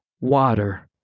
water